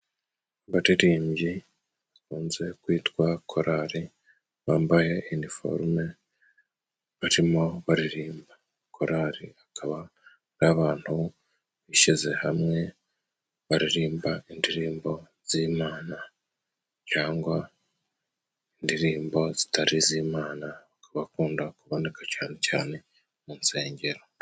Abaririmbyi bakunze kwitwa korari， bambaye iniforume，barimo baririmba， korari akaba ari abantu bishyize hamwe baririmba indirimbo z'Imana cyangwa indirimbo zitari iz’Imana，ku bakunda kuboneka cane cane mu nsengero.